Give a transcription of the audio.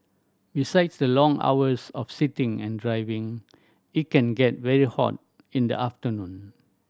besides the long hours of sitting and driving it can get very hot in the afternoon